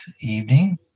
evening